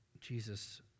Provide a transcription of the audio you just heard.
Jesus